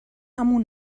amo